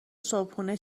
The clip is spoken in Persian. صبحونه